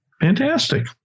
Fantastic